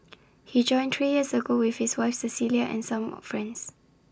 he joined three years ago with his wife Cecilia and some of friends